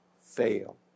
fail